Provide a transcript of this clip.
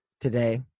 today